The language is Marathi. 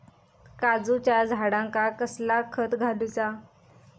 काजूच्या झाडांका कसला खत घालूचा?